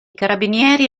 carabinieri